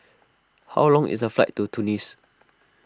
how long is the flight to Tunis